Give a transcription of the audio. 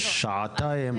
שעתיים?